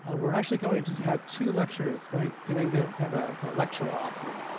ah we're actually going to have two lecturers, going, doing their, kind of a ah lecture-off, or,